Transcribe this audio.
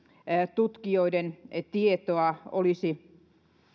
tutkijoiden tietoa olisi